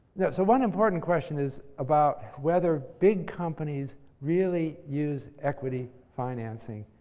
yeah so one important question is about whether big companies really use equity financing.